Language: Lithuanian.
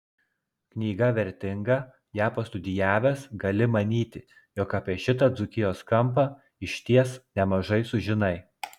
knyga vertinga ją pastudijavęs gali manyti jog apie šitą dzūkijos kampą išties nemažai sužinai